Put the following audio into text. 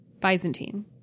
Byzantine